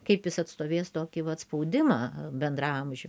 kaip jis atstovės tokį vat spaudimą bendraamžių